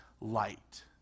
light